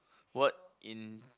what in